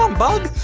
um bug.